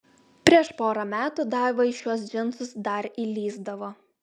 prieš porą metų daiva į šiuos džinsus dar įlįsdavo